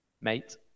mate